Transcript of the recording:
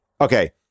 okay